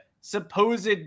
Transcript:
supposed